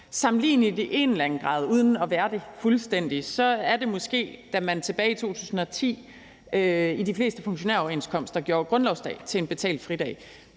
sammenligneligt i en eller anden grad uden at være det fuldstændig, er det måske, at man tilbage i 2010 i de fleste funktionæroverenskomster gjorde grundlovsdag til en betalt fridag,